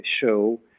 show